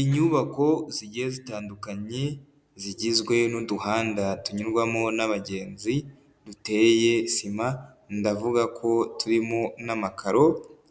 Inyubako zigiye zitandukanye zigizwe n'uduhanda tunyurwamo n'abagenzi duteye sima ndavuga ko turimo n'amakaro